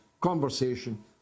conversation